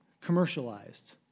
commercialized